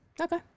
Okay